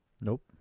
Nope